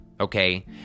Okay